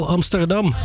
Amsterdam